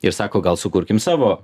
ir sako gal sukurkim savo